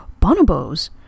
bonobos